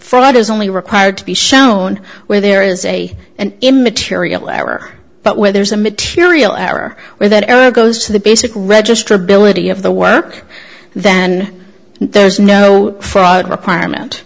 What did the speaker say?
thought is only required to be shown where there is a an immaterial error but where there's a material error where that goes to the basic register ability of the work then there's no fraud requirement